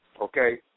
okay